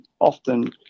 often